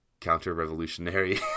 counter-revolutionary